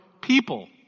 people